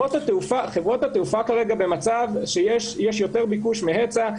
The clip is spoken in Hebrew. כרגע חברות התעופה כרגע במצב שיש יותר ביקוש מהיצע,